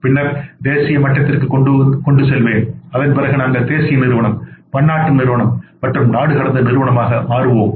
பின்னர் தேசிய மட்டத்திற்கு கொண்டு செல்வேன் அதன் பிறகுநாங்கள் தேசிய நிறுவனம் பன்னாட்டு நிறுவனம் மற்றும் நாடுகடந்த நிறுவனமாக மாறுவோம்